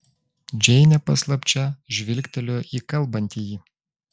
džeinė paslapčia žvilgtelėjo į kalbantįjį